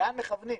לאן מכוונים.